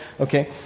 okay